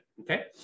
Okay